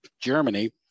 Germany